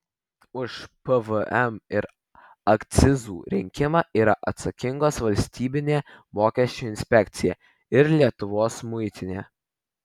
už pvm ir akcizų rinkimą yra atsakingos valstybinė mokesčių inspekcija ir lietuvos muitinė